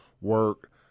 work